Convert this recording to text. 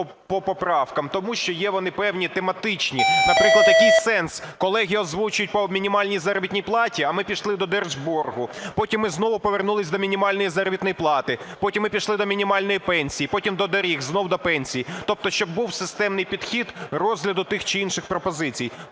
Тому що є вони певні тематичні. Наприклад, який сенс: колеги озвучують по мінімальній заробітній платі, а ми пішли до держборгу, потім ми знову повернулися до мінімальної заробітної плати, потім ми пішли до мінімальної пенсії, потім до доріг, знову до пенсій? Тобто щоб був системний підхід розгляду тих чи інших пропозицій.